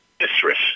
mistress